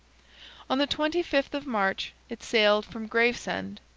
on the twenty fifth of march it sailed from gravesend,